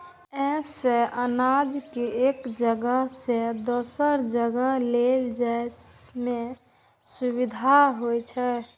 अय सं अनाज कें एक जगह सं दोसर जगह लए जाइ में सुविधा होइ छै